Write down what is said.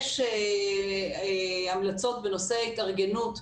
יש המלצות בנושא התארגנות.